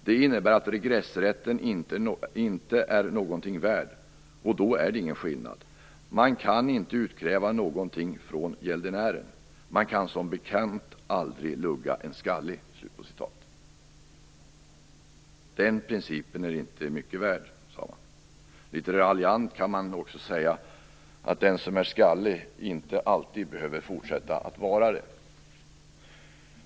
Det innebär att regressrätten inte är någonting värd, och då är det ingen skillnad. Man kan inte utkräva någonting från gäldenären. Man kan som bekant aldrig lugga en skallig." Den principen är inte mycket värd. Litet raljant kan man också säga att den som är skallig inte alltid behöver fortsätta att vara det.